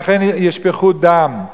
אכן ישפוך דם.